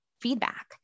feedback